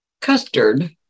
custard